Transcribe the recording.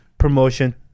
Promotion